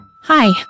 Hi